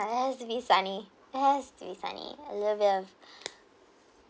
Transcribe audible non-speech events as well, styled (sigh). my day to be sunny yes to be sunny I love it (breath)